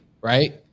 right